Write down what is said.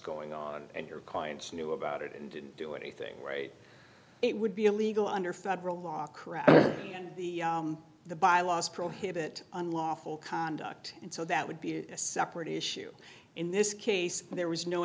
going on and your clients knew about it and didn't do anything right it would be illegal under federal law correct and the the bylaws prohibit unlawful conduct and so that would be a separate issue in this case there was no